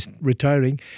retiring